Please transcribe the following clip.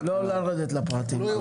לא לרדת לפרטים.